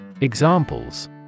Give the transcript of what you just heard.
Examples